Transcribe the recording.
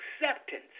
acceptance